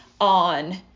on